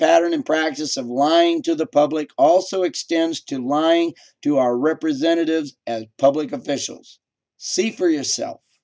pattern and practice of lying to the public also extends to lying to our representatives as public officials see for yourself